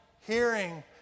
hearing